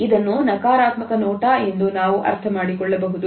ಇದನ್ನು ನಕಾರಾತ್ಮಕ ನೋಟ ಎಂದು ನಾವು ಅರ್ಥಮಾಡಿಕೊಳ್ಳಬಹುದು